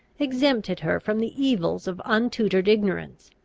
exempted her from the evils of untutored ignorance,